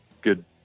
good